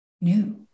new